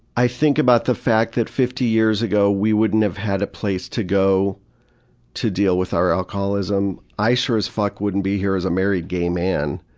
i think about the fact that fifty years ago we wouldn't have had a place to go to deal with our alcoholism. i sure as fuck wouldn't be here as a married gay man,